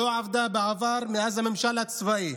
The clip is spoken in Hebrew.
לא עבדה בעבר, מאז הממשל הצבאי,